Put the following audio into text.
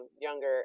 younger